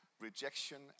rejection